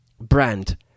brand